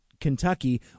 Kentucky